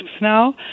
now